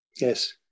Yes